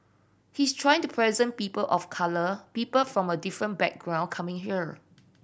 he's trying to present people of colour people from a different background coming here